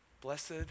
Blessed